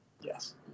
Yes